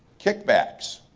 kickbacks,